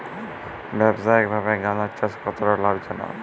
ব্যবসায়িকভাবে গাঁদার চাষ কতটা লাভজনক?